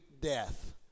death